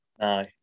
No